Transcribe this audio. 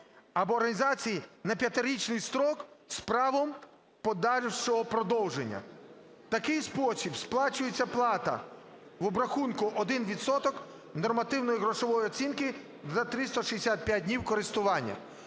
або організації на 5-річний строк з правом подальшого продовження". В такий спосіб сплачується плата в обрахунку 1 відсоток нормативно-грошової оцінки за 565 днів користування.